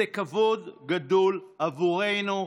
זה כבוד גדול עבורנו.